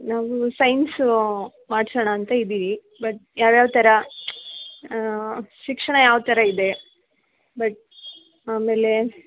ನಾವು ಸೈನ್ಸು ಮಾಡಿಸೋಣ ಅಂತ ಇದ್ದೀವಿ ಬಟ್ ಯಾವ ಯಾವ ಥರ ಶಿಕ್ಷಣ ಯಾವ ಥರ ಇದೆ ಬಟ್ ಆಮೇಲೆ